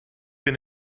been